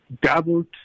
doubled